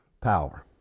power